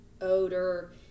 odor